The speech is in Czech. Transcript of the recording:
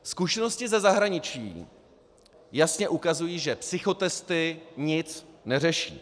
Zkušenosti ze zahraničí jasně ukazují, že psychotesty nic neřeší.